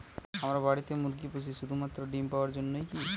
আমরা বাড়িতে মুরগি পুষি শুধু মাত্র ডিম পাওয়ার জন্যই কী?